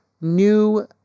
new